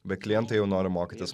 bet klientai jau nori mokytis